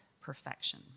perfection